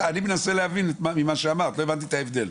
אני מנסה להבין ממה שאמרת, לא הבנתי את ההבדל.